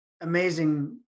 amazing